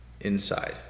inside